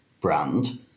brand